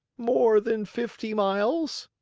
more than fifty miles.